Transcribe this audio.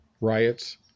riots